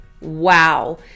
Wow